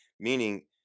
Meaning